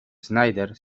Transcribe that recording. snyder